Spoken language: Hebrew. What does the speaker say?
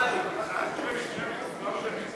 אתם פוגעים בו, לא אנחנו.